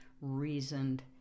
reasoned